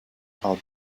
how